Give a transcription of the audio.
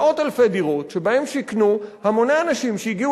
מאות אלפי דירות שבהן שיכנו המוני אנשים שהגיעו